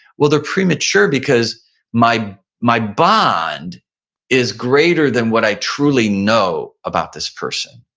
well, they're premature because my my bond is greater than what i truly know about this person.